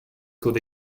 could